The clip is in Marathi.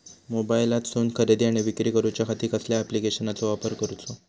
मोबाईलातसून खरेदी आणि विक्री करूच्या खाती कसल्या ॲप्लिकेशनाचो वापर करूचो?